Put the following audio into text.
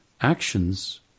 actions